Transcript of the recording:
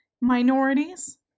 minorities